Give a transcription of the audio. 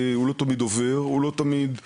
תמיד עובר, הוא לא תמיד משותף,